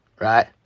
Right